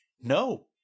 no